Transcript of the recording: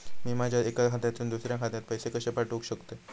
मी माझ्या एक्या खात्यासून दुसऱ्या खात्यात पैसे कशे पाठउक शकतय?